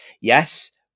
Yes